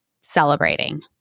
celebrating